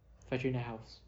five three nine house